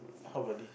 how about this